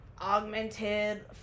augmented